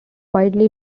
widely